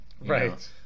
Right